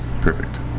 perfect